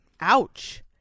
Ouch